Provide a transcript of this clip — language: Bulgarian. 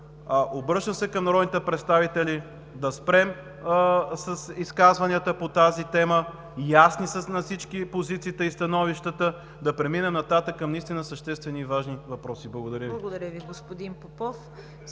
Обръщам се към народните представители – да спрем с изказванията по тази тема, ясни са на всички позициите и становищата. Да преминем нататък към наистина съществени и важни въпроси. Благодаря Ви.